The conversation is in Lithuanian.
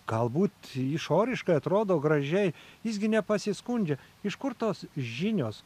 galbūt išoriškai atrodo gražiai jis gi nepasiskundžia iš kur tos žinios